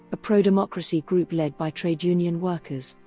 a pro-democracy group led by trade-union workers.